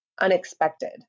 unexpected